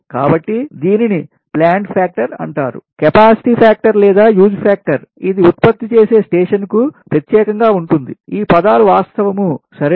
కాబట్టి దీనిని plant factor అంటారు కెపాసిటీ ఫ్యాక్టర్ లేదా యూజ్ ఫ్యాక్టర్ ఇది ఉత్పత్తి చేసే స్టేషన్కు ప్రత్యేకంగా ఉంటుందిఈ పదాలు వాస్తవము సరే